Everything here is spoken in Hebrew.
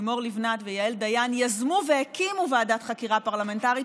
לימור לבנת ויעל דיין יזמו והקימו ועדת חקירה פרלמנטרית,